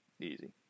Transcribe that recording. easy